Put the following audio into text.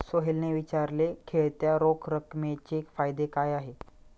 सोहेलने विचारले, खेळत्या रोख रकमेचे फायदे काय आहेत?